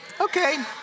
Okay